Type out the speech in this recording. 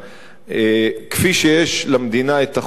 למדינה החובה,